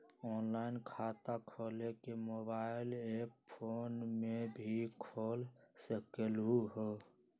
Online खाता खोले के मोबाइल ऐप फोन में भी खोल सकलहु ह?